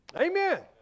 Amen